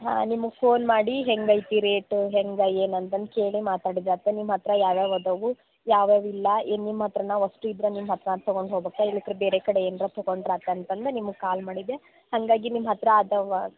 ಹಾಂ ನಿಮುಗೆ ಫೋನ್ ಮಾಡಿ ಹೆಂಗೈತಿ ರೇಟ್ ಹೆಂಗೆ ಏನು ಅಂತಂದು ಕೇಳಿ ಮಾತಾಡಿದ್ರೆ ಅಥ್ವಾ ನಿಮ್ಮ ಹತ್ತಿರ ಯಾವ್ಯಾವು ಅದಾವೆ ಯಾವ್ಯಾವು ಇಲ್ಲ ಇನ್ನು ನಿಮ್ಮ ಹತ್ತಿರ ನಾವು ಅಷ್ಟು ಇದರಲ್ಲಿ ಮಾತ್ರ ತಗೊಂಡು ಹೋಗ್ಬಕಾ ಇಲ್ಲದಿದ್ದರೆ ಬೇರೆ ಕಡೆ ಏನರಾ ತಕೊಂಡ್ರೆ ಆತಾತ ಅಂದು ನಿಮ್ಗೆ ಕಾಲ್ ಮಾಡಿದ್ದೆ ಹಾಗಾಗಿ ನಿಮ್ಮ ಹತ್ತಿರ ಅದಾವೆ